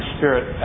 Spirit